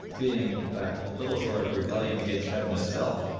being, in fact, little short of rebellion against heaven itself,